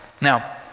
Now